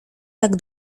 tak